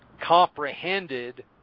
comprehended